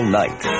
night